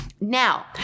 Now